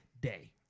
day